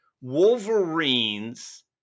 Wolverine's